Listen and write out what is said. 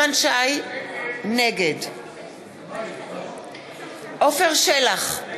נגד עפר שלח,